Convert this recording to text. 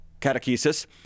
catechesis